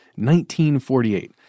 1948